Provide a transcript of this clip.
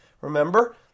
Remember